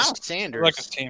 Sanders